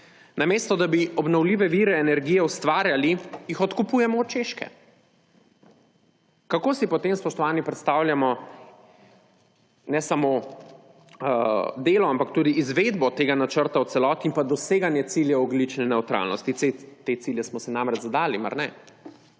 namesto da bi obnovljive vire energije ustvarjali, jih odkupujemo od Češke! Kako si potem, spoštovani, predstavljamo ne samo delo, ampak tudi izvedbo tega načrta v celoti in pa doseganje ciljev ogljične nevtralnosti. Te cilje smo si namreč zadali – mar ne?